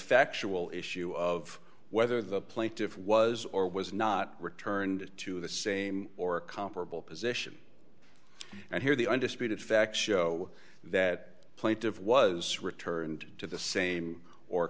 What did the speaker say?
factual issue of whether the plaintiff was or was not returned to the same or comparable position and here the undisputed facts show that plaintive was returned to the same or